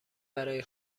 برای